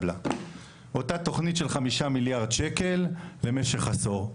אותה תוכנית של 5 מיליארד שקלים למשך עשור.